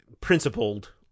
principled